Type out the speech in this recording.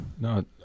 No